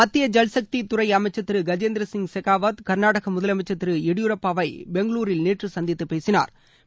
மத்திய ஜல்சக்தி துறை அமைச்சர் திரு கஜேந்திர சிங் செகாவத் கர்நாடகா முதலமைச்சர் திரு எடியூரப்பாவை பெங்களூரில் நேற்று சந்தித்து பேசினாா்